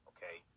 Okay